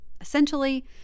Essentially